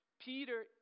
Peter